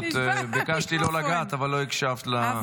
ביקשתי לא לגעת אבל לא הקשבת לאזהרה.